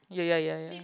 ya ya ya ya